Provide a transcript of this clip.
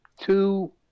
two